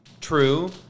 true